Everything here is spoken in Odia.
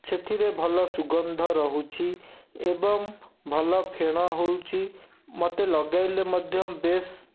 ସେଥିରେ ଭଲ ସୁଗନ୍ଧ ରହୁଛି ଏବଂ ଭଲ ଫେଣ ହେଉଛି ମୋତେ ଲଗାଇଲେ ମଧ୍ୟ ବେଶ